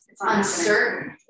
uncertain